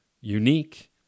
unique